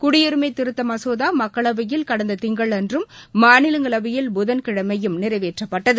குடியுரிமை திருத்த மசோதா மக்களவையில் கடந்த திங்கள் அன்றும் மாநிலங்களவையில் புதன்கிழமையும் நிறைவேற்றப்பட்டது